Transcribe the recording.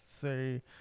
say